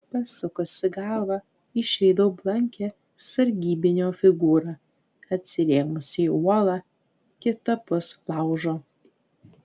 pasukusi galvą išvydau blankią sargybinio figūrą atsirėmusią į uolą kitapus laužo